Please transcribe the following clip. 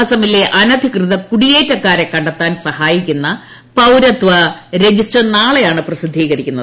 ആസാമിലെ അനധികൃത കുടിയേറ്റക്കാരെ കണ്ടെത്താൻ സഹായിക്കുന്ന പൌരത്വ രജിസ്റ്റർ നാളെയാണ് പ്രസിദ്ധീകരിക്കുന്നത്